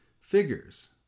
figures